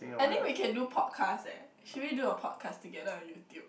I think we can do podcast eh should we do a podcast together on YouTube